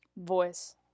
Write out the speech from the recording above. Voice